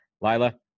Lila